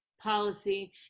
policy